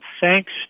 thanks